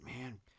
man